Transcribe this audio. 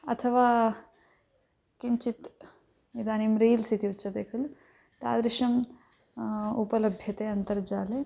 अथवा किञ्चित् इदानीं रील्स् इति उच्यते खलु तादृशम् उपलभ्यते अन्तर्जाले